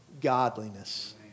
godliness